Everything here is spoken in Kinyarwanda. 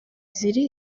ziri